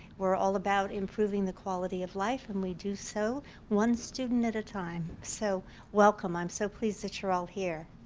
we are all about improving the quality of life, and we do so one student at a time. so welcome, i'm so pleased that you're all here.